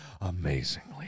amazingly